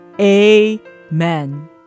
Amen